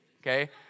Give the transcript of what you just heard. Okay